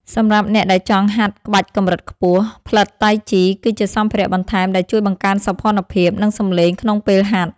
សម្រាប់អ្នកដែលចង់ហាត់ក្បាច់កម្រិតខ្ពស់ ផ្លិតតៃជី គឺជាសម្ភារៈបន្ថែមដែលជួយបង្កើនសោភ័ណភាព និងសំឡេងក្នុងពេលហាត់។